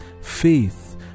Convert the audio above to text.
faith